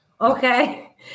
okay